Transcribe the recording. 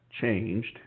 changed